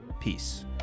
Peace